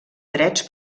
drets